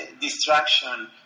distraction